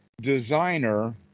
designer